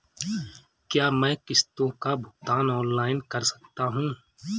क्या मैं किश्तों का भुगतान ऑनलाइन कर सकता हूँ?